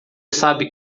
sabe